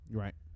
right